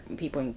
people